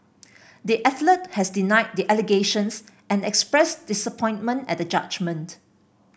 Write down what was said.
the athlete has denied the allegations and expressed disappointment at the judgment